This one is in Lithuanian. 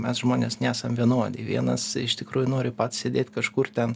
mes žmonės nesam vienodi vienas iš tikrųjų nori pats sėdėt kažkur ten